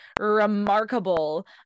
remarkable